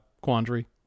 quandary